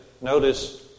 Notice